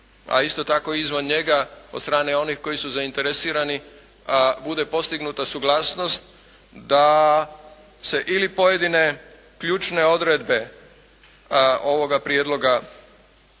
a isto tako izvan njega od strane onih koji su zainteresirani bude postignuta suglasnost da se ili pojedine ključne odredbe ovoga prijedloga